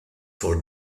for